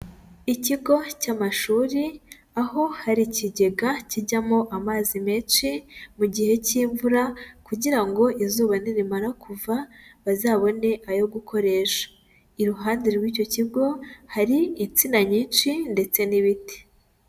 Ikigo cy'amashuri aho hari ikigega kijyamo amazi menshi mu gihe cy'imvura kugira ngo izuba nirimara kuva bazabone ayo gukoresha, iruhande rw'icyo kigo hari insina nyinshi ndetse n'ibiti.